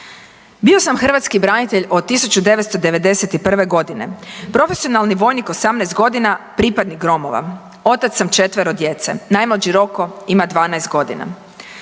Bio sam hrvatski branitelj od 1991. godine, profesionalni vojnik 18 godina pripadnik Gromova, otac sam 4 djece. Najmlađi Roko ima 12 godina.